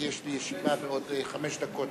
כי יש לי ישיבה בעוד חמש דקות.